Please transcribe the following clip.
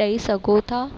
ॾेई सघो था